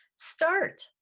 Start